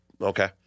Okay